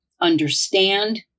understand